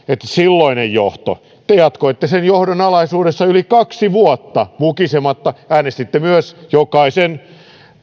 silloinen johto sillä te jatkoitte sen johdon alaisuudessa yli kaksi vuotta mukisematta äänestitte myös jokaisen